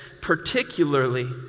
particularly